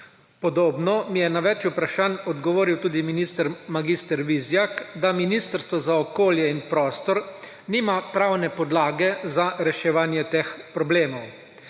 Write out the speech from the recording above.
Podobno mi je na več vprašanj odgovoril tudi minister mag. Vizjak, da Ministrstvo za okolje in prostor nima pravne podlage za reševanje teh problemov.